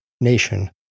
nation